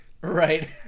right